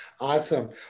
awesome